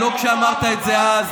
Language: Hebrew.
לא כשאמרת את זה אז,